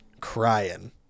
crying